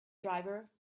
driver